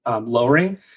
lowering